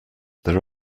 there